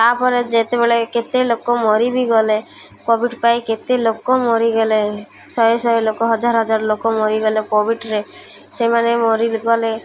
ତା'ପରେ ଯେତେବେଳେ କେତେ ଲୋକ ମରି ବିି ଗଲେ କୋଭିଡ଼ ପାଇ କେତେ ଲୋକ ମରିଗଲେ ଶହେ ଶହେ ଲୋକ ହଜାର ହଜାର ଲୋକ ମରିଗଲେ କୋଭିଡ଼ରେ ସେମାନେ ମରିଗଲେ